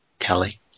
Kelly